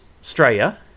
Australia